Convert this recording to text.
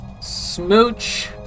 Smooch